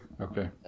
Okay